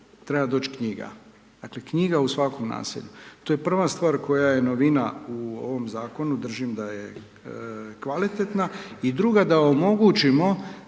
treba doć knjiga, dakle, knjiga u svakom naselju. To je prva stvar koja je novina u ovom Zakonu, držim da je kvalitetna. I druga, da omogućimo za